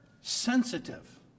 sensitive